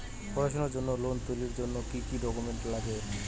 পড়াশুনার জন্যে লোন তুলির জন্যে কি কি ডকুমেন্টস নাগে?